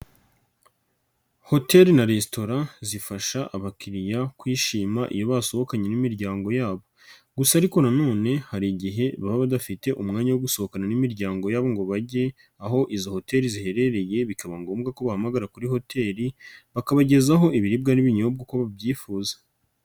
Hoteri na resitora zifasha abakiriya kwishima iyo basohokanye n'imiryango yabo gusa ariko na none hari igihe baba badafite umwanya wo gusohokana n'imiryango yabo ngo bage aho izo hoteri ziherereye bikaba ngombwa ko bahamagara kuri hoteri bakabagezaho ibiribwa n'ibinyobwa uko babyifuza.